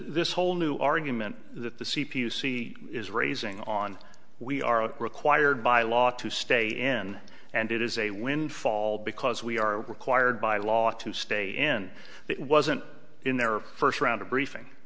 this whole new argument that the c p you see is raising on we are required by law to stay in and it is a windfall because we are required by law to stay in it wasn't in their first round of briefing